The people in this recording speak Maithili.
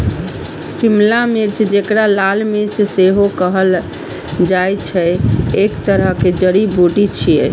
शिमला मिर्च, जेकरा लाल मिर्च सेहो कहल जाइ छै, एक तरहक जड़ी बूटी छियै